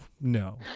no